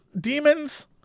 demons